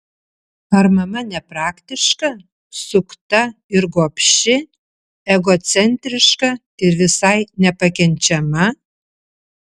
ar mama nepraktiška sukta ir gobši egocentriška ir visai nepakenčiama